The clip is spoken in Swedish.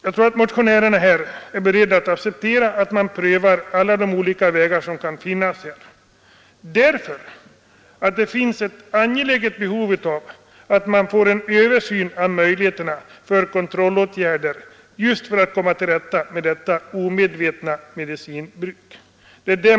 Jag tror att motionärerna är beredda att acceptera att även andra möjligheter prövas. Det är nämligen angeläget att vi får en översyn av möjligheterna till kontrollåtgärder för att komma till rätta med det omedvetna medicinmissbruket.